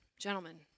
gentlemen